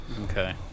Okay